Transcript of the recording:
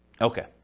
Okay